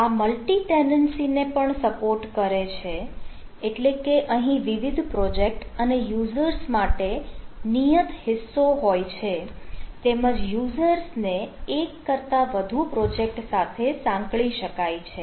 આ મલ્ટીટેનન્સી ને પણ સપોર્ટ કરે છે એટલે કે અહીં વિવિધ પ્રોજેક્ટ અને યુઝર્સ માટે નિયત હિસ્સો હોય છે તેમજ યુઝર્સને એક કરતાં વધુ પ્રોજેક્ટ સાથે સાંકળી શકાય છે